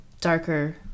darker